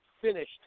finished